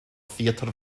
theatr